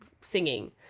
singing